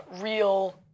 real